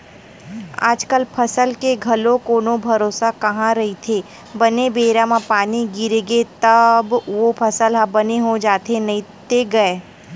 आजकल फसल के घलो कोनो भरोसा कहाँ रहिथे बने बेरा म पानी गिरगे तब तो फसल ह बने हो जाथे नइते गय